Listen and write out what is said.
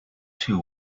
too